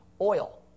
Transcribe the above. oil